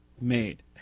made